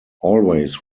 always